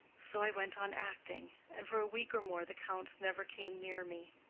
so i went on acting, and for a week or more the count never came near me.